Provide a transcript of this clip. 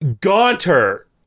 Gaunter